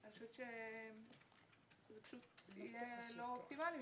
אני חושבת שזה יהיה לא אופטימלי מבחינתם,